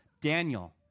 Daniel